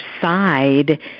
side